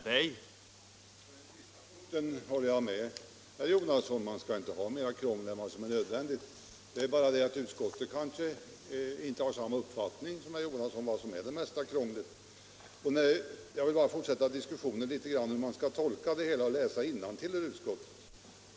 Herr talman! På den sista punkten håller jag med herr Jonasson. Vi skall inte ha mer krångel än vad som är nödvändigt. Det är bara det att utskottet kanske inte har samma uppfattning som herr Jonasson om vad som är det mesta krånglet. Sedan vill jag bara fortsätta diskussionen något om hur man skall tolka och läsa innantill i utskottsbetänkandet.